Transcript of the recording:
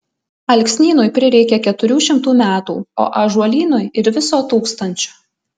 alksnynui prireikia keturių šimtų metų o ąžuolynui ir viso tūkstančio